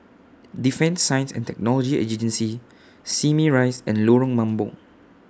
Defence Science and Technology Simei Rise and Lorong Mambong